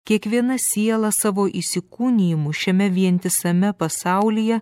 kiekviena siela savo įsikūnijimu šiame vientisame pasaulyje